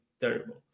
terrible